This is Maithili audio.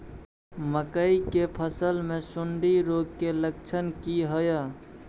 मकई के फसल मे सुंडी रोग के लक्षण की हय?